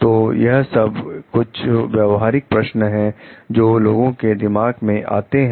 तो यह सब कुछ व्यावहारिक प्रश्न है जो लोगों के दिमाग में आते हैं